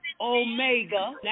Omega